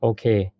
Okay